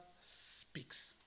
speaks